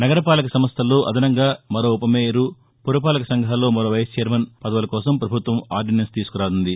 నగర పాలక సంస్థల్లో అదనంగా మరో ఉప మేయరు పురపాలక సంఘాల్లో మరో వైస్ ఛైర్మన్ పదవుల కోసం పభుత్వం ఆర్డినెన్స్ తీసుకురానుంది